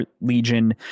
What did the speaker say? legion